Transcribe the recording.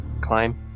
climb